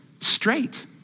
straight